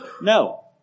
no